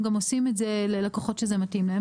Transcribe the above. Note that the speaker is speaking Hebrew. הם גם עושים את זה ללקוחות שזה מתאים להם.